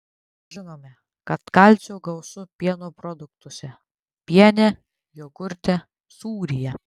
žinome kad kalcio gausu pieno produktuose piene jogurte sūryje